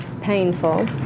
painful